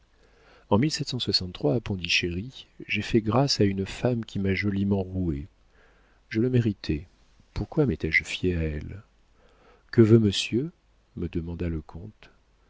en répondit chéri jai fait grâce à une femme qui m'a joliment roué je le méritais pourquoi m'étais-je fié à elle que veut monsieur me demanda le comte